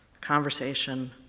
conversation